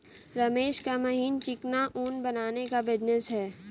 रमेश का महीन चिकना ऊन बनाने का बिजनेस है